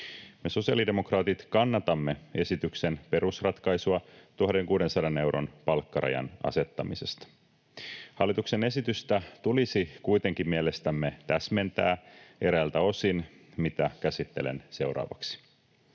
Me sosiaalidemokraatit kannatamme esityksen perusratkaisua 1 600 euron palkkarajan asettamisesta. Hallituksen esitystä tulisi kuitenkin mielestämme täsmentää eräiltä osin, mitä käsittelen seuraavaksi.